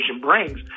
brings